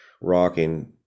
rocking